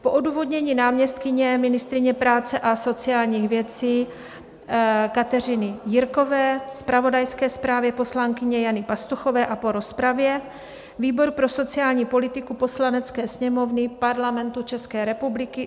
Po odůvodnění náměstkyně ministryně práce a sociálních věcí Kateřiny Jirkové, zpravodajské zprávě poslankyně Jany Pastuchové a po rozpravě výbor pro sociální politiku Poslanecké sněmovny Parlamentu České republiky